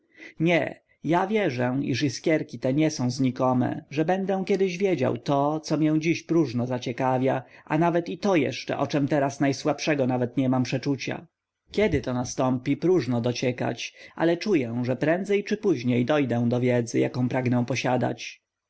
nie ja wierzę że iskierki te nie znikome że będę kiedyś wiedział to co mię dziś próżno zaciekawia a nawet i to jeszcze o czem teraz najsłabszego nawet nie mam przeczucia kiedy to nastąpi próżno dociekać ale czuję że prędzej czy póiniej dojdę do wiedzy jaką pragnę posiadać